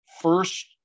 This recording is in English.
first